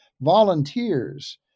volunteers